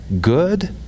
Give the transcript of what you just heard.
good